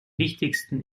wichtigsten